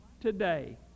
today